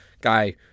Guy